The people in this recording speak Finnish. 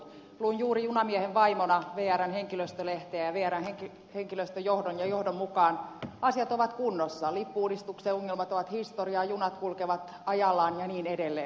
luin juuri junamiehen vaimona vrn henkilöstölehteä ja vrn henkilöstöjohdon ja johdon mukaan asiat ovat kunnossa lippu uudistuksen ongelmat ovat historiaa junat kulkevat ajallaan ja niin edelleen